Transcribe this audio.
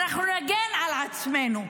אנחנו נגן על עצמנו,